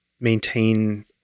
maintain